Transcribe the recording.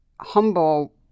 Humble